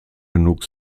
genug